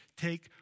take